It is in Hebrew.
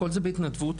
הכול בהתנדבות.